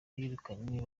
birukanywe